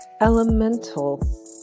elemental